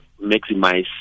maximize